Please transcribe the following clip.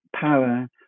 power